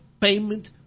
payment